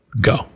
Go